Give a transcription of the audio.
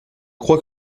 crois